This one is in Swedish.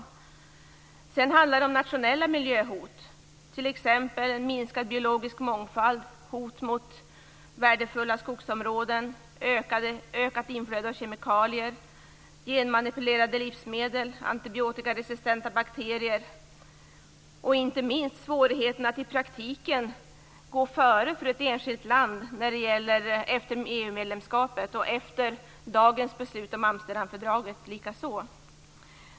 För det andra handlar det om nationella miljöhot, t.ex. en minskad biologisk mångfald, hot mot värdefulla skogsområden, ökat inflöde av kemikalier, genmanipulerade livsmedel, antibiotikaresistenta bakterier och inte minst svårigheten i praktiken för ett enskilt land att gå före. Det gäller efter EU-medlemskapet och efter dagens beslut om Amsterdamfördraget.